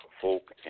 folk